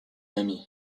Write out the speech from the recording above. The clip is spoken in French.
amie